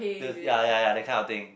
the ya ya the kind of thing